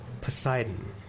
Poseidon